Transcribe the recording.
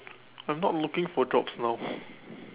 I'm not looking for jobs now